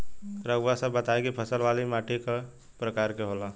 रउआ सब बताई कि फसल वाली माटी क प्रकार के होला?